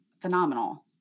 phenomenal